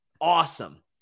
awesome